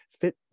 fit